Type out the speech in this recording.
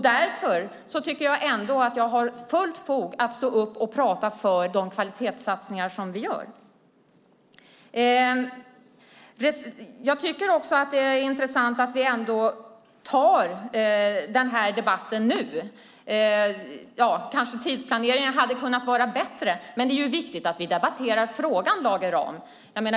Därför tycker jag ändå att jag har fullt fog att stå upp och prata för de kvalitetssatsningar som vi gör. Jag tycker också att det är intressant att vi ändå tar den här debatten nu. Kanske tidsplaneringen hade kunnat vara bättre, men det är viktigt att vi debatterar frågan, Lage Rahm.